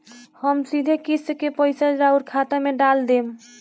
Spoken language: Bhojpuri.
हम सीधे किस्त के पइसा राउर खाता में डाल देम?